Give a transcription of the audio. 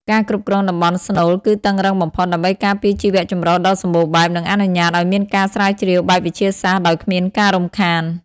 ការគ្រប់គ្រងតំបន់ស្នូលគឺតឹងរ៉ឹងបំផុត ដើម្បីការពារជីវៈចម្រុះដ៏សម្បូរបែប និងអនុញ្ញាតឱ្យមានការស្រាវជ្រាវបែបវិទ្យាសាស្ត្រដោយគ្មានការរំខាន។